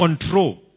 control